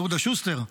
יהודה שוסטר.